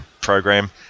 program